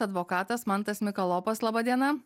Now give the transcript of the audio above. advokatas mantas mikalopas laba diena